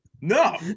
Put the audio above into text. No